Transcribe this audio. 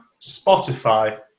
Spotify